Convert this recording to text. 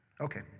Okay